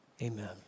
Amen